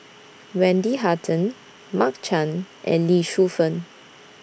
Wendy Hutton Mark Chan and Lee Shu Fen